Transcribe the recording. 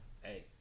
Hey